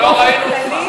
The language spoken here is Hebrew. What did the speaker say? אני מתנצלת.